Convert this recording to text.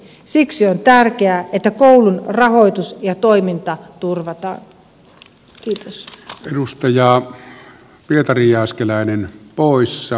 siksi on tärkeää että koulun rahoitus ja toiminta turvataan